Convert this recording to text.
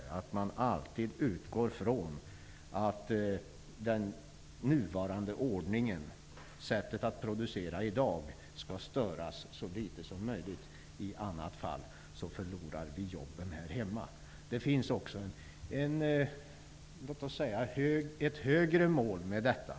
Där utgår man alltid från att den nuvarande ordningen, sättet att producera i dag, skall störas så litet som möjligt, i annat fall förlorar vi jobben här hemma. Det finns också ett högre mål med detta.